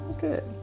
Good